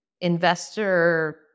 investor